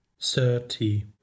thirty